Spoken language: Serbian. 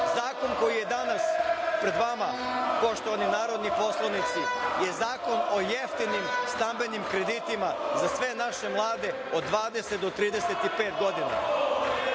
Zakon koji je danas pred vama poštovani narodni poslanici, je zakon o jeftinim stambenim kreditima za sve naše mlade od 20 do 35 godina.